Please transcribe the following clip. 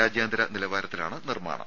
രാജ്യാന്തര നിലവാരത്തിലാണ് നിർമ്മാണം